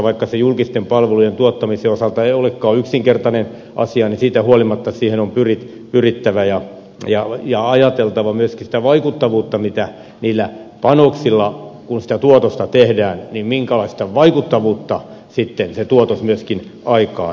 vaikka se julkisten palvelujen tuottamisen osalta ei olekaan yksinkertainen asia niin siitä huolimatta siihen on pyrittävä ja ajateltava myöskin sitä minkälaista vaikuttavuutta niillä panoksilla kun sitä tuotosta tehdään se tuotos myöskin aikaansaa